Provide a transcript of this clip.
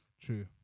True